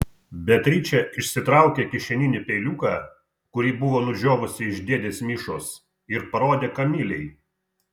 beatričė išsitraukė kišeninį peiliuką kurį buvo nudžiovusi iš dėdės mišos ir parodė kamilei